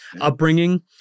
upbringing